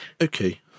Okay